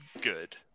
good